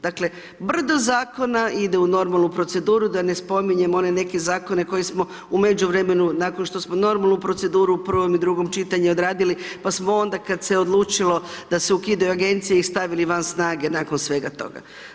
Dakle brdo zakona ide u normalnu proceduru, da ne spominjem one neke zakone koje smo u međuvremenu nakon što smo normalnu proceduru u prvom i drugom čitanju odradili, pa smo onda kada se odlučilo da se ukidaju agencije ih stavili van snage nakon svega toga.